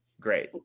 great